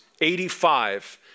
85